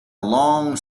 long